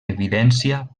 evidència